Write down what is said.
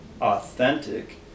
authentic